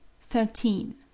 thirteen